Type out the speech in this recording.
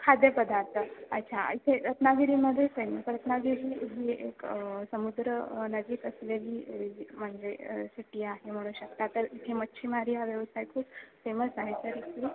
खाद्यपदार्थ अच्छा इथे रत्नागिरीमध्ये फेमस रत्नागिरी ही एक समुद्र नजिक असलेली म्हणजे सिटी आहे म्हणू शकता तर इथे मच्छीमारी हा व्यवसाय खूप फेमस आहे तर इथे